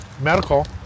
medical